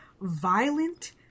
violent